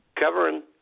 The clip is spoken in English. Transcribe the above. covering